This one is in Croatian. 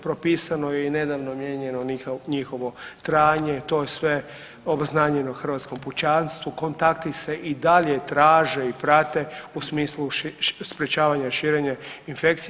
Propisano je i nedavno mijenjanje njihovo trajanje, to je sve obznanjeno hrvatskom pučanstvu, kontakti se i dalje traže i prate u smislu sprječavanja širenja infekcije.